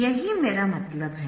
यही मेरा मतलब है